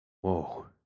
Whoa